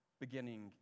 beginning